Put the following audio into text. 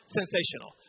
sensational